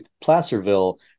Placerville